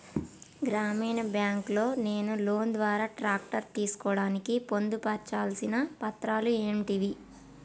గ్రామీణ బ్యాంక్ లో నేను లోన్ ద్వారా ట్రాక్టర్ తీసుకోవడానికి పొందు పర్చాల్సిన పత్రాలు ఏంటివి?